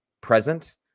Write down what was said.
present